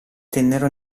tennero